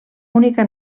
única